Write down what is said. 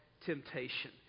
temptation